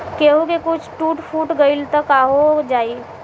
केहू के कुछ टूट फुट गईल त काहो जाई